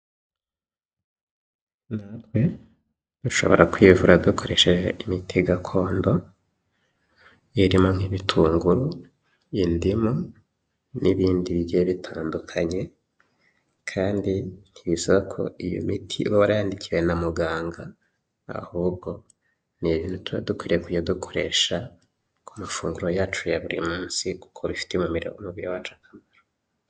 Natwe dushobora kwivura dukoresheje imiti gakondo irimo nk'ibitunguru, indimu n'ibindi bigiye bitandukanye kandi ntibisaba ko iyo miti iba warayandikiwe na muganga ahubwo ni ibintu tuba dukwiriye kujya dukoresha ku mafunguro yacu ya buri munsi kuko bifitiye umubiri wacu akamaro.